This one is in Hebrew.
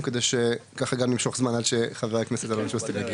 כדי שכך גם נמשוך זמן עד שחבר הכנסת אלון שוסטר יבוא.